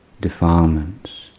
defilements